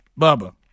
Bubba